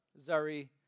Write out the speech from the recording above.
Zari